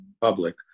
public